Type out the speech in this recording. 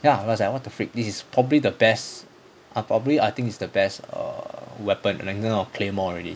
ya !wah! like what the frick this is probably the best uh probably I think is the best err weapon better than claymore already